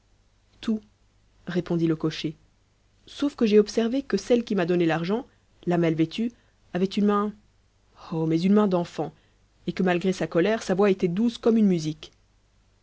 tout répondit le cocher sauf que j'ai observé que celle qui m'a donné l'argent la mal vêtue avait une main oh mais une main d'enfant et que malgré sa colère sa voix était douce comme une musique